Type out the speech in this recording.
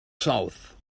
south